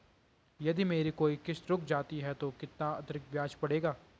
यदि मेरी कोई किश्त रुक जाती है तो कितना अतरिक्त ब्याज पड़ेगा?